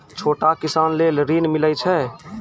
छोटा किसान लेल ॠन मिलय छै?